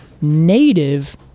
native